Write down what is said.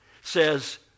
says